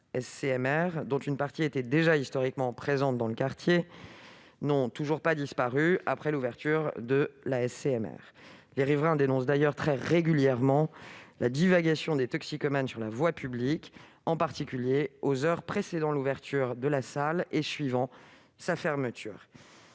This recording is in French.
dont une partie était déjà historiquement présente dans le quartier, n'ont pas disparu après l'ouverture de la salle. Les riverains dénoncent d'ailleurs très régulièrement la divagation de toxicomanes sur la voie publique, en particulier aux heures précédant l'ouverture et suivant la fermeture